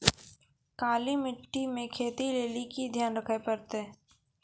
काली मिट्टी मे खेती लेली की ध्यान रखे परतै?